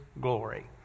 glory